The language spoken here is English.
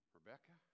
Rebecca